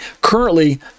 currently